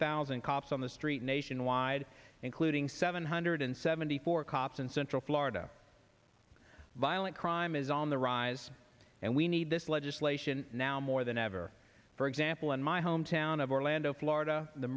thousand cops on the street nationwide including seven hundred seventy four cops in central florida violent crime is on the rise and we need this legislation now more than ever for example in my hometown of orlando florida the